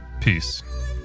peace